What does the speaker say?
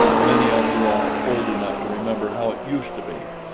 many of you are old enough to remember how it used to be.